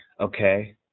okay